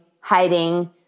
hiding